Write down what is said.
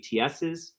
ATSs